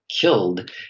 killed